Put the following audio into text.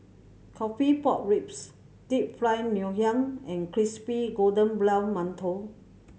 coffee pork ribs Deep Fried Ngoh Hiang and crispy golden brown mantou